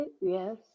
yes